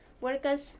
workers